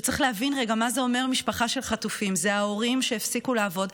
צריך להבין רגע מה זה אומר משפחה של חטופים: זה ההורים שהפסיקו לעבוד,